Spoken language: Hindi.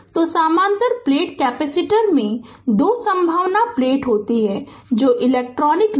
तो समानांतर प्लेट कैपेसिटर में दो संवाहक प्लेट होते हैं जो डाईइलेक्ट्रिक लेयर से अलग होते हैं